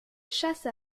chassent